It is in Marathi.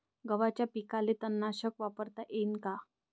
गव्हाच्या पिकाले तननाशक वापरता येईन का?